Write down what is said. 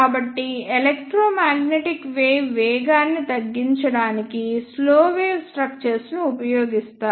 కాబట్టి electromagnetic wave వేగాన్ని తగ్గించడానికి స్లో వేవ్ స్ట్రక్చర్స్ ను ఉపయోగిస్తారు